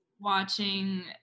watching